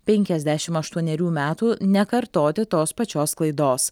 penkiasdešimt aštuonerių metų nekartoti tos pačios klaidos